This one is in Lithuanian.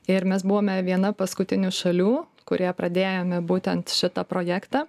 ir mes buvome viena paskutinių šalių kurie pradėjome būtent šitą projektą